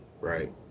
right